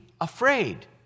afraid